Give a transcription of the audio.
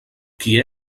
qui